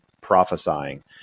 prophesying